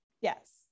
yes